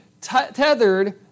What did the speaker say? tethered